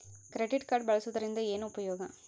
Credit card ಬಳಸುವದರಿಂದ ಏನು ಉಪಯೋಗ?